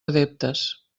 adeptes